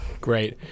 Great